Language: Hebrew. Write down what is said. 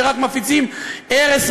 שרק מפיצים ארס,